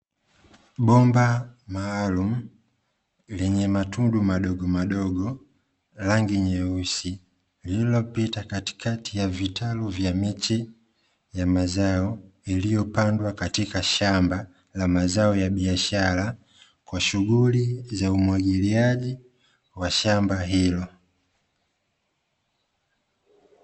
Bomba maalumu lenye matundu madogo madogo, rangi nyeusi, lililopita katikakati ya vitalu vya miche ya mazao, ilivyopandwa katika shamba la mazao ya biashara, kwa shughuli za umwagiliaji wa shamba hilo.